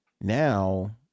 Now